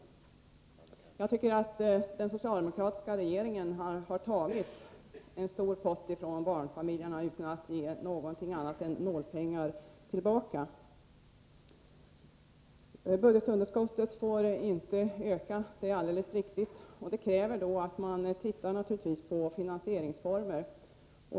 Jag tycker att den socialdemokratiska regeringen har tagit en stor pott från barnfamiljerna utan att ge något annat än nålpengar tillbaka. Budgetunderskottet får inte öka, säger Monica Andersson. Det är alldeles riktigt. Det kräver naturligtvis att man tittar på olika finansieringsformer.